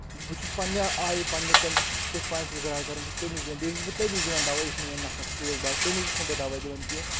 بہٕ چھُس پَنٕنہِ آیہِ پَنٕنہِ قمِس کِتھ تانۍ آسہِ ؤگراے کٔرمٕژ بہٕ چھُس تٔمِس دِوان بیٚیہِ چھُس بہٕ تٔمِس دِوان دَوا یُس مےٚ وۄنۍ نَفر ٹھیٖک باسہِ تٔمِس چھُس نہٕ بہٕ دَوا دِوان کینٛہہ